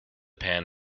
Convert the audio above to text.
pan